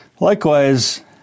Likewise